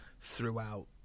throughout